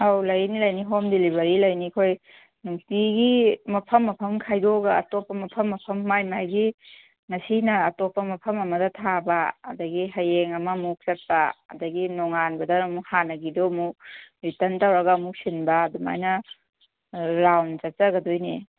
ꯑꯧ ꯂꯩꯅꯤ ꯂꯩꯅꯤ ꯍꯣꯝ ꯗꯤꯂꯤꯕꯔꯤ ꯂꯩꯅꯤ ꯑꯩꯈꯣꯏ ꯅꯨꯡꯇꯤꯒꯤ ꯃꯐꯝ ꯃꯐꯝ ꯈꯥꯏꯗꯣꯛꯑꯒ ꯑꯇꯣꯞꯄ ꯃꯐꯝ ꯃꯐꯝ ꯃꯥꯏ ꯃꯥꯏꯒꯤ ꯉꯁꯤꯅ ꯑꯇꯣꯞꯄ ꯃꯐꯝ ꯑꯃꯗ ꯊꯥꯕ ꯑꯗꯒꯤ ꯍꯌꯦꯡ ꯑꯃꯃꯨꯛ ꯆꯠꯄ ꯑꯗꯒꯤ ꯅꯣꯡꯉꯥꯜꯕꯗꯅ ꯑꯃꯨꯛ ꯍꯥꯟꯅꯒꯤꯗꯣ ꯑꯃꯨꯛ ꯔꯤꯇ꯭ꯔꯟ ꯇꯧꯔꯒ ꯑꯃꯨꯛ ꯁꯤꯟꯕ ꯑꯗꯨꯃꯥꯏꯅ ꯔꯥꯎꯟ ꯆꯠꯆꯒꯗꯣꯏꯅꯤ